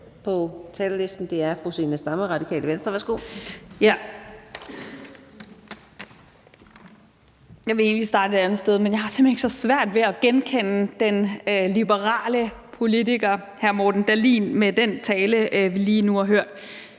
Jeg ville egentlig starte et andet sted, men jeg har simpelt hen så svært ved at genkende den liberale politiker hr. Morten Dahlin i den tale, vi lige nu har hørt.